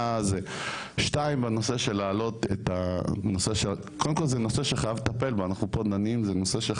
דבר שני, זה נושא שחייב לטפל בו ולעזור.